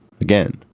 again